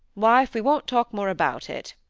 wife, we won't talk more about it